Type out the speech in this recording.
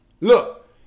Look